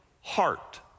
heart